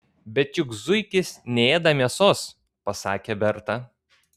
bet juk zuikis neėda mėsos pasakė berta